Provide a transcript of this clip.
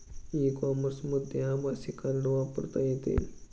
E कॉमर्समध्ये आभासी card वापरता येते